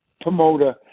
promoter